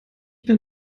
bin